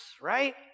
right